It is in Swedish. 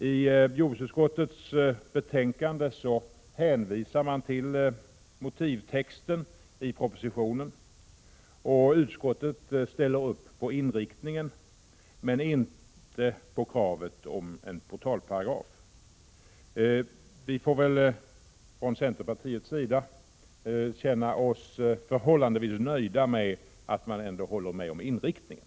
I jordbruksutskottets betänkande hänvisar man till motivtexten i propositionen. Utskottet ställer sig bakom inriktningen, men inte bakom kravet på en portalparagraf. Prot. 1986/87:132 Vi får från centerpartiets sida känna oss förhållandevis nöjda med att man ändå håller med om inriktningen.